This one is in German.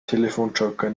telefonjoker